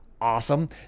awesome